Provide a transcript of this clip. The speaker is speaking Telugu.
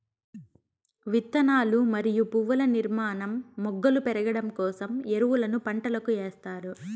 విత్తనాలు మరియు పువ్వుల నిర్మాణం, మొగ్గలు పెరగడం కోసం ఎరువులను పంటలకు ఎస్తారు